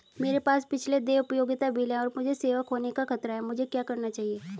मेरे पास पिछले देय उपयोगिता बिल हैं और मुझे सेवा खोने का खतरा है मुझे क्या करना चाहिए?